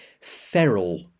Feral